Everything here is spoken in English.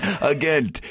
Again